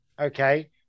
okay